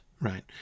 right